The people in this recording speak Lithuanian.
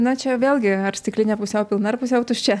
na čia vėlgi ar stiklinė pusiau pilna ar pusiau tuščia